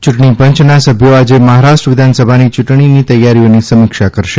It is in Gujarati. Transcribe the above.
યૂંટણીપંચના સભ્યો આજે મહારાષ્ટ્ર વિધાનસભાની યૂંટણીની તૈયારીઓની સમીક્ષા કરશે